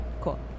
Cool